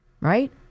right